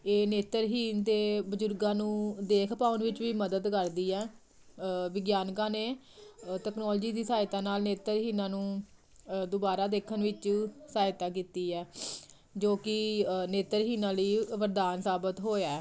ਇਹ ਨੇਤਰਹੀਣ ਅਤੇ ਬਜ਼ੁਰਗਾਂ ਨੂੰ ਦੇਖ ਪਾਉਣ ਵਿੱਚ ਵੀ ਮਦਦ ਕਰਦੀ ਆ ਵਿਗਿਆਨਿਕਾਂ ਨੇ ਅ ਤਕਨੋਲਜੀ ਦੀ ਸਹਾਇਤਾ ਨਾਲ ਨੇਤਰਹੀਣਾਂ ਨੂੰ ਅ ਦੁਬਾਰਾ ਦੇਖਣ ਵਿੱਚ ਸਹਾਇਤਾ ਕੀਤੀ ਆ ਜੋ ਕਿ ਨੇਤਰਹੀਣਾਂ ਲਈ ਵਰਦਾਨ ਸਾਬਤ ਹੋਇਆ